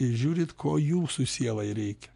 ir žiūrit ko jūsų sielai reikia